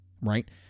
right